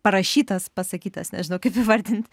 parašytas pasakytas nežinau kaip įvardint